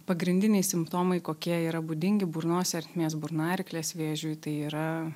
pagrindiniai simptomai kokie yra būdingi burnos ertmės burnaryklės vėžiui tai yra